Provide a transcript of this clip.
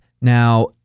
Now